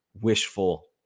wishful